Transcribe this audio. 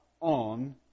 on